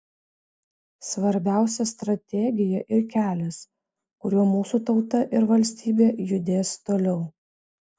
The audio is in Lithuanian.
svarbiausia strategija ir kelias kuriuo mūsų tauta ir valstybė judės toliau